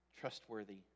trustworthy